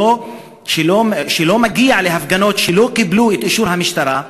שלא מגיע להפגנות שלא קיבלו את אישור המשטרה,